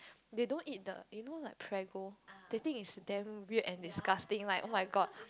they don't eat the you know like Prego they think is damn weird and disgusting like oh-my-god